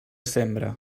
sembre